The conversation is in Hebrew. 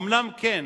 אומנם כן,